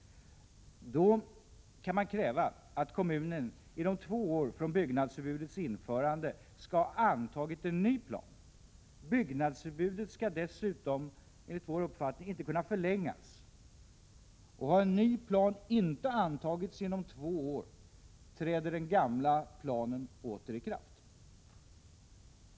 Då kan man kräva att kommunen inom två år från byggnadsförbudets införande skall ha antagit en ny plan. Enligt vår uppfattning skall byggnadsförbudet dessutom inte kunna förlängas, och har en ny plan inte antagits inom två år träder den gamla planen åter i kraft.